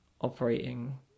operating